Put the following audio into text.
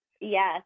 Yes